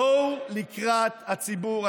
בואו לקראת הציבור.